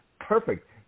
perfect